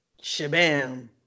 shabam